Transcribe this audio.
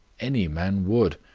any man would.